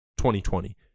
2020